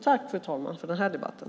Tack, fru talman, för den här debatten!